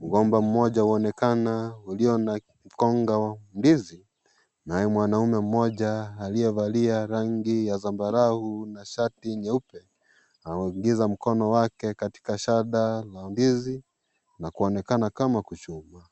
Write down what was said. mgomba mmoja waonekana ulio na mkonga wa ndizi, naye mwanaume mmoja aliyevalia rangi ya zambarau na shati nyeupe, na anaingiza mkono wake katika shada la ndizi na kuonekana kama kuchuma,